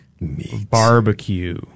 Barbecue